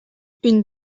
une